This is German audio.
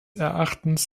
erachtens